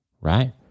Right